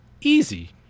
easy